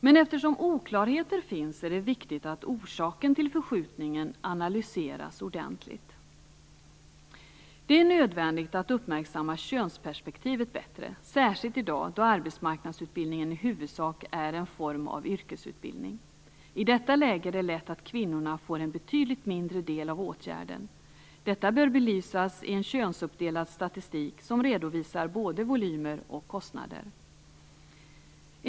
Men eftersom oklarheter finns är det viktigt att orsaken till förskjutningen analyseras ordentligt. Det är nödvändigt att uppmärksamma könsperspektivet bättre, särskilt i dag då arbetsmarknadsutbildningen i huvudsak är en form av yrkesutbildning. I detta läge är det lätt att kvinnorna får en betydligt mindre del av åtgärden. Detta bör belysas i en könsuppdelad statistik som redovisar både volymer och kostnader.